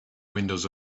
windows